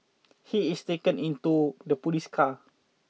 he is taken into the police car